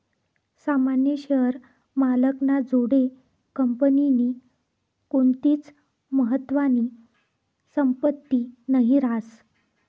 सामान्य शेअर मालक ना जोडे कंपनीनी कोणतीच महत्वानी संपत्ती नही रास